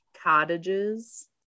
Cottages